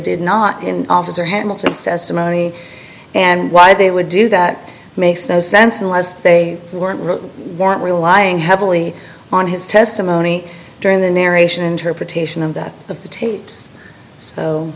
did not in officer hamilton's testimony and why they would do that makes no sense unless they weren't really weren't relying heavily on his testimony during the narration interpretation of that of the tapes s